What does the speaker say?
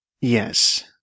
yes